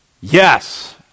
Yes